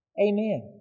Amen